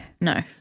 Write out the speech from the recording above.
No